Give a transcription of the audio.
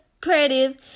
creative